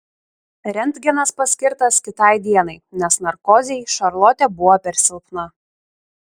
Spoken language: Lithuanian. rentgenas paskirtas kitai dienai nes narkozei šarlotė buvo per silpna